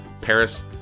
Paris